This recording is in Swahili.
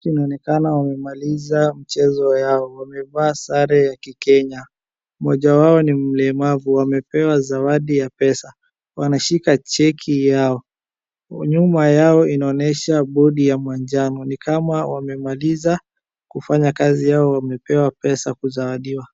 Inaonekana wamemaliza mchezo yao. Wamevaa sare ya kikenya. Mmoja wao ni mlemavu. Wamepewa zawadi ya pesa. Wanashika cheki yao. Nyuuma yao inaonyesha bodi ya manjano. Ni kama wamemaliza kufanya kazi yao wamepewa pesa kuzawadiwa.